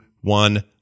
one